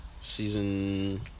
Season